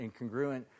incongruent